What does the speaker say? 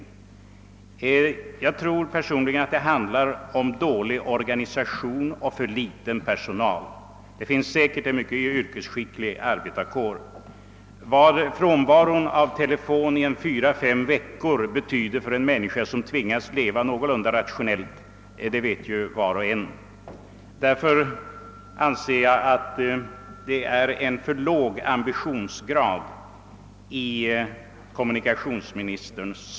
Orsaken till de långa väntetiderna är troligen dålig organisation och för liten personal; det finns säkerligen en mycket yrkesskicklig arbetarkår. Vad frånvaro av telefon i fyra—fem veckor betyder för en människa som tvingas leva någorlunda rationellt förstår var och en. Därför anser jag att kommunikationsministerns svar visar en alltför låg ambitionsgrad.